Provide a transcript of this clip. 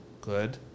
Good